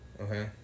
Okay